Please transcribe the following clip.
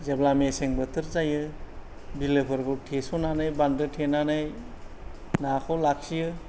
जेब्ला मेसें बोथोर जायो बिलो फोरबो थेसनानै बान्दो थेनानै नाखौ लाखियो